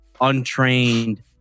untrained